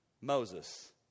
Moses